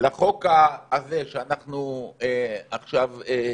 לחוק הזה שאנחנו עכשיו עושים.